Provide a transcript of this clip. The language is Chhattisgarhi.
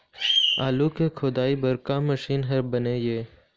आलू के खोदाई बर का मशीन हर बने ये?